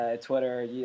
Twitter